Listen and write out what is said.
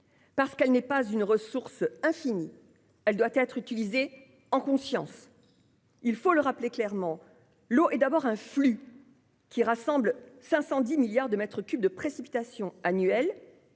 Parce qu'elle n'est pas une ressource infinie, elle doit être utilisée en conscience. Il faut le rappeler clairement : l'eau est d'abord un flux, représentant un volume de 510 milliards de mètres cubes de précipitations annuelles,